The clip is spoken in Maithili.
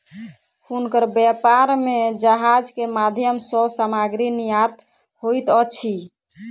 हुनकर व्यापार में जहाज के माध्यम सॅ सामग्री निर्यात होइत अछि